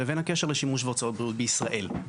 לבין הקשר לשימוש והוצאות בריאות בישראל.